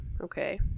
Okay